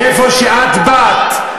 מאיפה שאת באת,